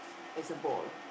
is a ball